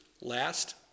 last